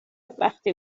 وقتی